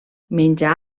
menja